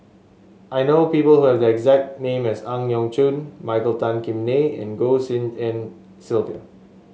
I know people who have the exact name as Ang Yau Choon Michael Tan Kim Nei and Goh Tshin En Sylvia